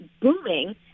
booming